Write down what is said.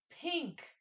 Pink